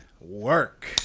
work